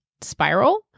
spiral